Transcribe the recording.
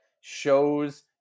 shows